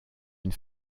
une